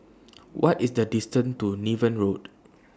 What IS The distance to Niven Road